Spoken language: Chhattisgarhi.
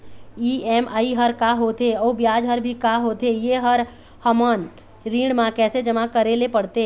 ई.एम.आई हर का होथे अऊ ब्याज हर भी का होथे ये हर हमर ऋण मा कैसे जमा करे ले पड़ते?